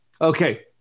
Okay